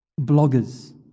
bloggers